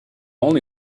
only